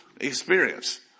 experience